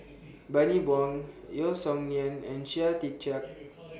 Bani Buang Yeo Song Nian and Chia Tee Chiak